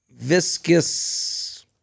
viscous